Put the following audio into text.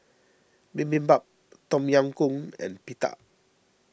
Bibimbap Tom Yam Goong and Pita